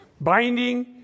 binding